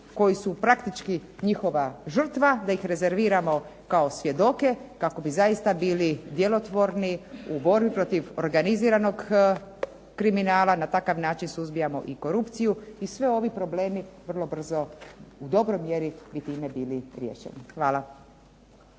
koji su praktički njihova žrtva, da ih rezerviramo kao svjedoke kako bi zaista bili djelotvorni u borbi protiv organiziranog kriminala, na takav način suzbijamo i korupciju i sve ovi problemi vrlo brzo u dobroj mjeri bi time bili riješeni. Hvala.